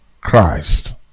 christ